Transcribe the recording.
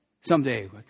someday